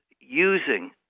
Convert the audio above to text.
using